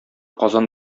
казан